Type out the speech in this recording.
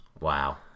Wow